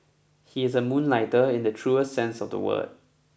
he is a moonlighter in the truest sense of the word